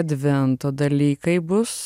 advento dalykai bus